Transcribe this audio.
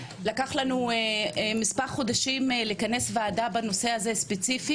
שלקח לנו מספר חודשים לכנס ועדה בנושא של חקלאות באופן ספציפי,